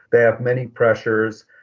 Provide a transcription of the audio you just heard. they have many pressures,